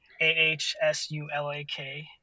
A-H-S-U-L-A-K